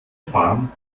farm